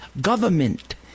government